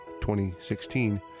2016